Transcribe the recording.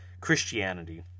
Christianity